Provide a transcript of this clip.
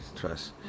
Trust